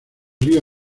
río